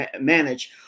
manage